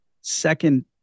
Second